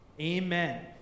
Amen